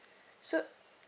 so